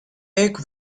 cake